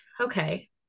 okay